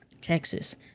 Texas